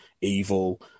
evil